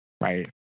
right